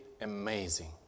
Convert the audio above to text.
amazing